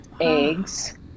eggs